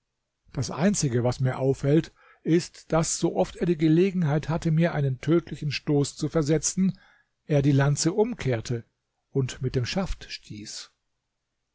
das einzige was mir auffällt ist daß so oft er gelegenheit hatte mir einen tödlichen stoß zu versetzen er die lanze umkehrte und mit dem schaft stieß